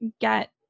get